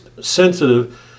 sensitive